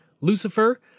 Lucifer